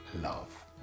love